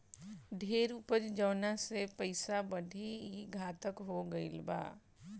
ढेर उपज जवना से पइसा बढ़ी, ई घातक हो गईल बा